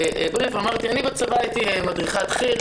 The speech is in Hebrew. אני בצבא הייתי מדריכת חי"ר,